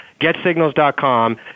getsignals.com